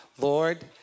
Lord